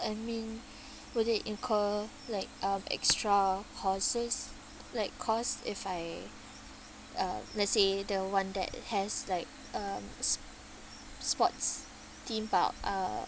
I mean would it incur like uh extra costs like cost if I uh let's say the one that has like um s~ sports theme park uh